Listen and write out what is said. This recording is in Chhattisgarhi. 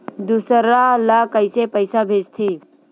दूसरा ला कइसे पईसा भेजथे?